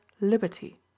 liberty